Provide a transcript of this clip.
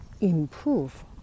improve